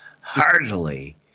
heartily